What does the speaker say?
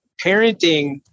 parenting